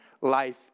life